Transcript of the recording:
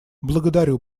благодарю